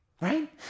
right